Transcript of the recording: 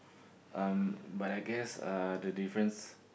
um but I guess uh the difference